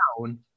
down